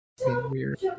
Weird